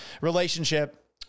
Relationship